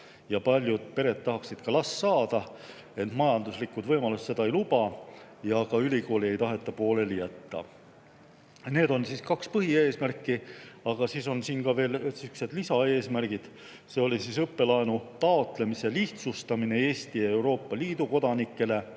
ja paljud pered tahaksid ka last saada, ent majanduslikud võimalused seda ei luba ja ka ülikooli ei taheta pooleli jätta. Need on kaks põhieesmärki. Aga veel on ka sihukesed lisaeesmärgid. Esiteks, õppelaenu taotlemise lihtsustamine Eesti ja Euroopa Liidu kodanikel,